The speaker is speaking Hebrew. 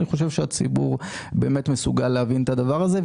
ואני חושב שהציבור מסוגל להבין את הדבר הזה.